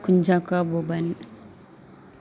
Kunchacko Boban